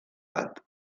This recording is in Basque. bat